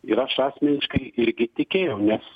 ir aš asmeniškai irgi tikėjau nes